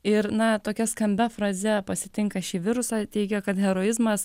ir na tokia skambia fraze pasitinka šį virusą teigia kad heroizmas